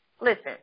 Listen